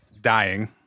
dying